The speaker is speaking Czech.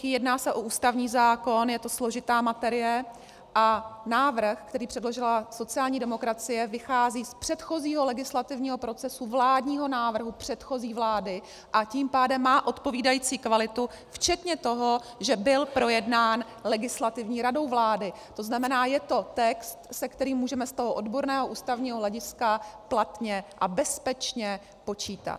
Jedná se o ústavní zákon, je to složitá materie a návrh, který předložila sociální demokracie, vychází z předchozího legislativního procesu vládního návrhu předchozí vlády, a tím pádem má odpovídající kvalitu, včetně toho, že byl projednán Legislativní radou vlády, tzn. je to text, se kterým můžeme z toho odborného ústavního hlediska platně a bezpečně počítat.